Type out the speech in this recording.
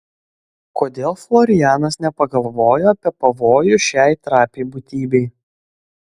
kodėl florianas nepagalvojo apie pavojų šiai trapiai būtybei